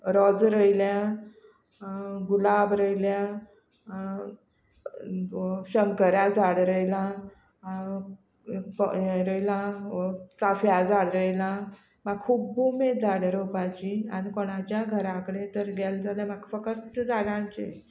रोज रोयल्या गुलाब रोयल्या शंकरा झाड रोयलां हें रोयलां चाफ्या झाड रोयलां म्हाका खुब्ब उमेद झाडां रोवपाची आनी कोणाच्या घरा कडेन तर गेलें जाल्या म्हाका फकत झाडांचें